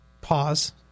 pause